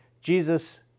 Jesus